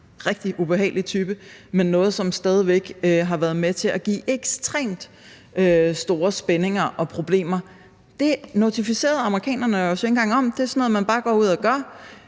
rigtig ubehagelig type, har været med til at give ekstremt store spændinger og problemer. Det notificerede amerikanerne os jo ikke engang om; det er sådan noget, man bare går ud og gør.